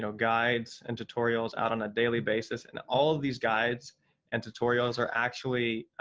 so guides and tutorials, out on a daily basis, and all of these guides and tutorials are actually,